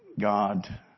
God